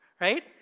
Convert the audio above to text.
right